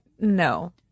no